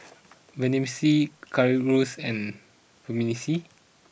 Vermicelli Currywurst and Vermicelli